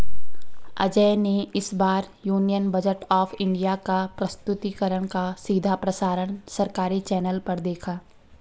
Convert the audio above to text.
अजय ने इस बार यूनियन बजट ऑफ़ इंडिया का प्रस्तुतिकरण का सीधा प्रसारण सरकारी चैनल पर देखा